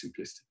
simplistic